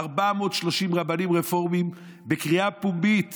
430 רבנים רפורמים בקריאה פומבית